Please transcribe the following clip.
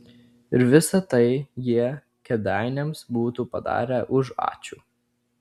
ir visa tai jie kėdainiams būtų padarę už ačiū